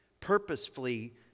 purposefully